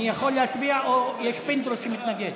אני יכול להצביע, או שפינדרוס מתנגד?